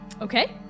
Okay